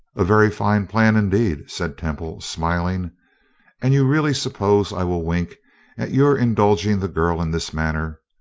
a very fine plan, indeed, said temple, smiling and you really suppose i will wink at your indulging the girl in this manner?